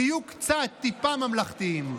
תהיו קצת, טיפה ממלכתיים.